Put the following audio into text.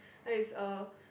that is a